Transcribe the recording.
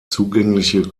zugängliche